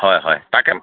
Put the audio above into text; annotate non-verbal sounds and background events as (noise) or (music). হয় হয় তাকে (unintelligible)